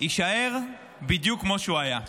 יישאר בדיוק כמו שהוא היה.